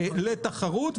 לתחרות,